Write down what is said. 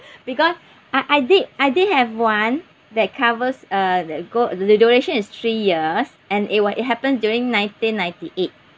because I I did I did have one that covers uh the go~ the duration is three years and it what happens during nineteen ninety eight